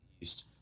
east